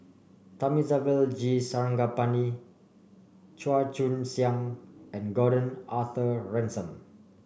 Thamizhavel G Sarangapani Chua Joon Siang and Gordon Arthur Ransome